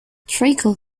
treacle